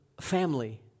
family